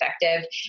effective